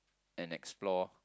and explore